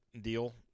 deal